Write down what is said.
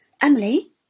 Emily